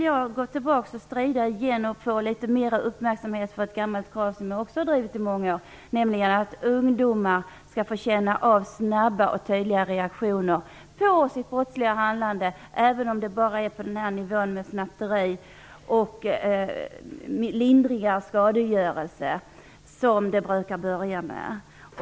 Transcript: Jag vill sedan återigen strida för ett gammalt krav, som jag också har drivit i många år, nämligen att ungdomar skall få känna av snabba och tydliga reaktioner på sitt brottsliga handlande, även om det bara är fråga om snatteri och lindrig skadegörelse, vilket det brukar börja med.